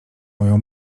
moją